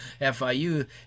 FIU